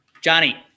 Johnny